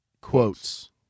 Quotes